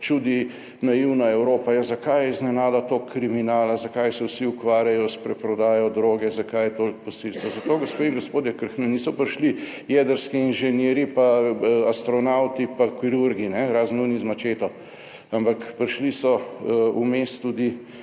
čudi, naivna Evropa, ja, zakaj je iznenada toliko kriminala, zakaj se vsi ukvarjajo s preprodajo droge, zakaj je toliko posilstev. Zato, gospe in gospodje, ker k nam niso prišli jedrski inženirji pa astronavti, pa kirurgi, razen oni z mačeto, ampak prišli so vmes tudi